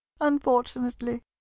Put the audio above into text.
unfortunately